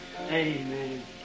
Amen